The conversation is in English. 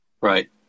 Right